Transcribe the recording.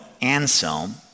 Anselm